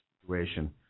situation